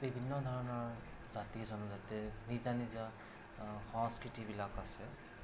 বিভিন্ন ধৰণৰ জাতি জনজাতিৰ নিজা নিজা সংস্কৃতিবিলাক আছে